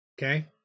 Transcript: Okay